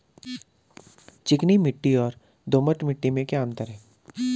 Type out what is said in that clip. चिकनी मिट्टी और दोमट मिट्टी में क्या क्या अंतर है?